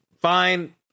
fine